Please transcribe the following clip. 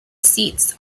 seats